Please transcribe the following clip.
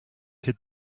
hid